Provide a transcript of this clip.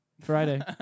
Friday